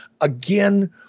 again